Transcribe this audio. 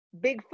Bigfoot